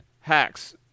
Hacks